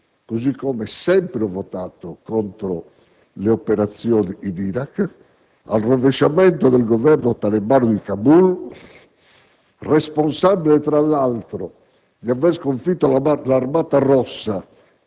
così come sempre ho votato contro le operazioni in Iraq), al rovesciamento del Governo talebano di Kabul (responsabile, tra l'altro, di aver sconfitto l'Armata Rossa